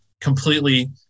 completely